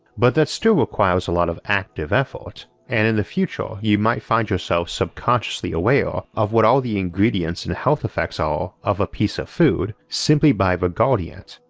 but that still requires a lot of active effort, and in the future you might find yourself subconsciously aware of what all the ingredients and health effects are of a piece of food simply by regarding it,